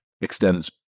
extends